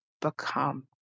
become